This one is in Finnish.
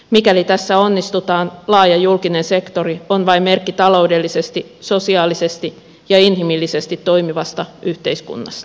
mikäli tässä onnistutaan laaja julkinen sektori on vain merkki taloudellisesti sosiaalisesti ja inhimillisesti toimivasta yhteiskunnasta